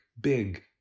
big